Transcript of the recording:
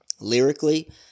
Lyrically